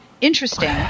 interesting